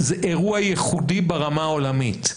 פה בישראל זה אירוע ייחודי ברמה העולמית,